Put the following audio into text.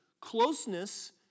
closeness